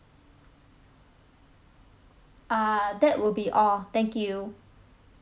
uh that will be all thank you